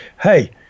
hey